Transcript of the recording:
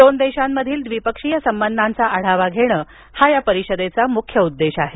दोन देशांमधील द्विपक्षीय संबंधांचा आढावा घेणं हा या परिषदेचा उद्देश आहे